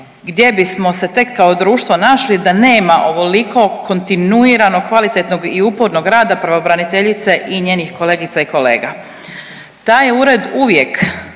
gdje bismo se tek kao društvo našli da nema ovoliko kontinuirano kvalitetnog i upornog rada pravobraniteljice i njenih kolegica i kolega. Taj je ured uvijek